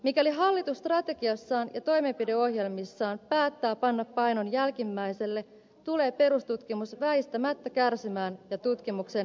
mikäli hallitus strategiassaan ja toimenpideohjelmissaan päättää panna painon jälkimmäiselle tulee perustutkimus väistämättä kärsimään ja tutkimuksen monialaisuus kaventumaan